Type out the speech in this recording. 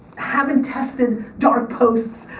having tested dark posts,